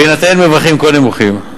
בהינתן מרווחים כה נמוכים,